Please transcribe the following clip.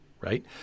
right